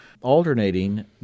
alternating